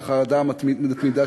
החרדה המתמידה,